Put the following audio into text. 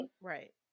Right